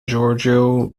giorgio